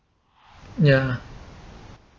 ya